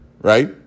right